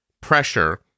pressure